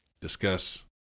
discuss